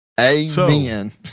Amen